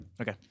Okay